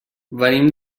venim